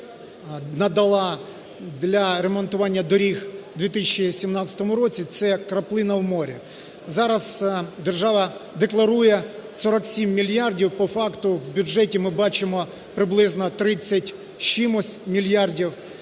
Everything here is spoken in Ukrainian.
надала для ремонтування доріг у 2017 році, – це краплина у морі. Зараз держава декларує 47 мільярдів, по факту в бюджеті ми бачимо приблизно 30 з чимось мільярдів.